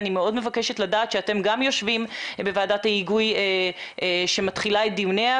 אני מאוד מבקשת לדעת שאתם גם יושבים בוועדת ההיגוי שמתחילה את דיוניה,